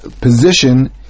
position